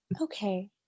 okay